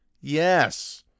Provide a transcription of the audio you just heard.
Yes